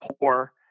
poor